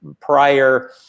prior